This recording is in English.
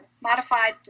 modified